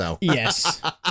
Yes